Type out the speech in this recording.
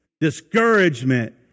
Discouragement